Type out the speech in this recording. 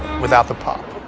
without the pop.